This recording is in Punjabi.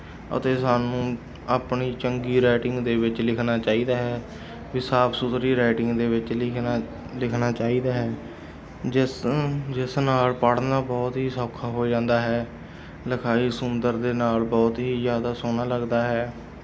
ਅਤੇ ਸਾਨੂੰ ਆਪਣੀ ਚੰਗੀ ਰਾਇਟਿੰਗ ਦੇ ਵਿੱਚ ਲਿਖਣਾ ਚਾਹੀਦਾ ਹੈ ਵੀ ਸਾਫ ਸੁਥਰੀ ਰਾਇਟਿੰਗ ਦੇ ਵਿੱਚ ਲਿਖਣਾ ਲਿਖਣਾ ਚਾਹੀਦਾ ਹੈ ਜਿਸ ਜਿਸ ਨਾਲ ਪੜ੍ਹਨਾ ਬਹੁਤ ਹੀ ਸੌਖਾ ਹੋ ਜਾਂਦਾ ਹੈ ਲਿਖਾਈ ਸੁੰਦਰ ਦੇ ਨਾਲ ਬਹੁਤ ਹੀ ਜ਼ਿਆਦਾ ਸੋਹਣਾ ਲੱਗਦਾ ਹੈ